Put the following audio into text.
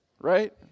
right